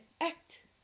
act